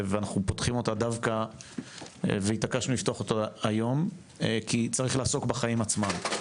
והתעקשנו לפתוח אותה דווקא היום כי צריך לעסוק בחיים עצמם,